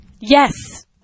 Yes